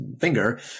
finger